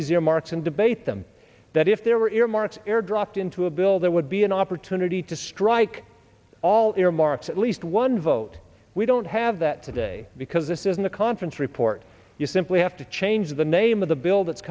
and debate them that if there were earmarks air dropped into a bill that would be an opportunity to strike all earmarks at least one vote we don't have that today because this isn't a conference report you simply have to change the name of the bill that's